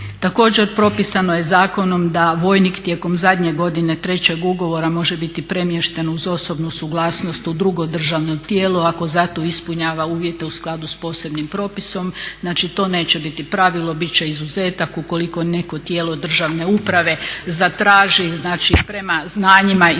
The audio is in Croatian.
Također propisano je zakonom da vojnik tijekom zadnje godine trećeg ugovora može biti premješten uz osobnu suglasnost u drugo državno tijelo ako za to ispunjava uvjete u skladu s posebnim propisom. Znači to neće biti pravilo, bit će izuzetak ukoliko neko tijelo državne uprave zatraži znači prema znanjima i